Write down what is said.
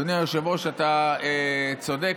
אדוני היושב-ראש, אתה צודק.